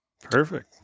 Perfect